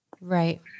Right